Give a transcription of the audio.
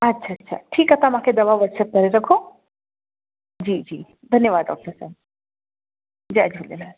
अच्छा अच्छा ठीकु आहे तव्हां मूंखे दवा वटसअप करे रखो जी जी धन्यवादु डॉक्टर साहब जय झूलेलाल